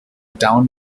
town